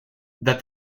that